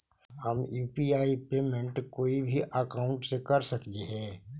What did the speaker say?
हम UPI payment कोई भी अकाउंट से कर सकली हे?